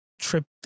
tripped